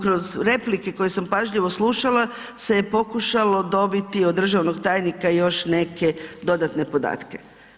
Kroz replike koje sam pažljivo slušala se je pokušalo dobiti od državnog tajnika još neke dodatne podatke.